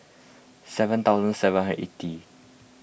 seven thousand seven hundred eighty